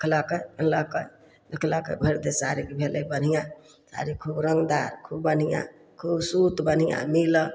कहलकै किनलकै देखलक भरि दिन साड़ी भेलय बढ़िआँ साड़ी खूब रङ्गदार खूब बढ़िआँ खूब सूत बढ़िआँ मिलल